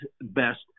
best